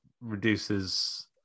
reduces